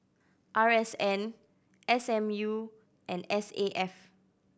R S N S M U and S A F